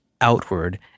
outward